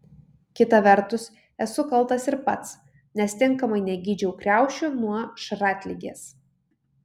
kita vertus esu kaltas ir pats nes tinkamai negydžiau kriaušių nuo šratligės